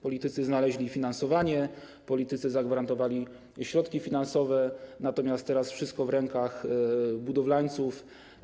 Politycy znaleźli finansowanie, politycy zagwarantowali środki finansowe, natomiast teraz wszystko w rękach budowlańców.